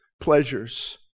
pleasures